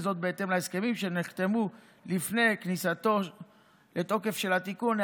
וזאת בהתאם להסכמים שנחתמו לפני כניסתו לתוקף של התיקון.